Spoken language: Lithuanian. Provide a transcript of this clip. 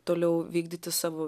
toliau vykdyti savo